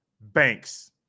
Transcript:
banks